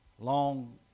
Long